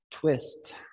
Twist